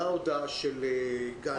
מה ההודעה של גנץ?